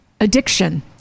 addiction